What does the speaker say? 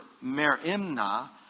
merimna